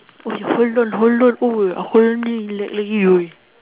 okay hold on hold on oh I'll only let let you